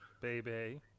Baby